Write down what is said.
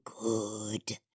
good